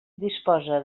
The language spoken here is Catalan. disposa